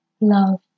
love